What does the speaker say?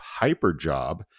Hyperjob